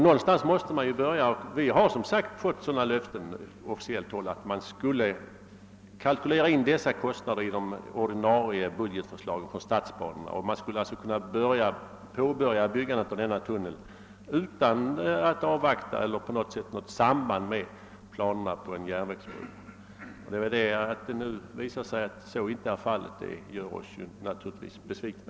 Någonstans måste man ju börja, och vi har som sagt fått löften från officiellt håll att man skulle kalkylera in dessa kostnader för en tunnel i H—H-läget i det ordinarie budgetförslaget för statsbanorna. Man skulle alltså kunna påbörja byggandet av denna tunnel utan att tänka på något samband med planerna på en landsvägsbro. Att det nu visar sig att så inte är fallet gör oss naturligtvis besvikna.